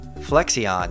Flexion